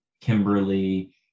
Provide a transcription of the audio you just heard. Kimberly